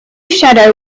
shadow